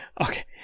okay